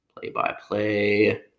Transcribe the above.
play-by-play